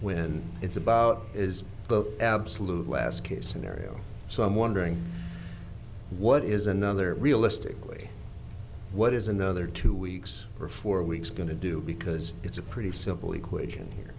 when it's about is the absolute last case scenario so i'm wondering what is another realistically what is another two weeks or four weeks going to do because it's a pretty simple equation